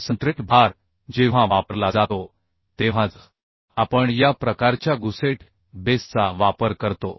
concentrate भार जेव्हा वापरला जातो तेव्हाचआपण या प्रकारच्या गुसेट बेसचा वापर करतो